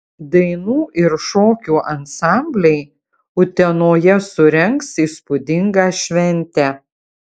dainų ir šokių ansambliai utenoje surengs įspūdingą šventę